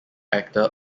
actor